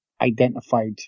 identified